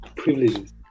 privileges